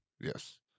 Yes